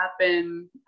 happen